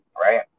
right